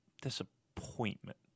disappointment